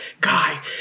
guy